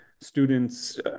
students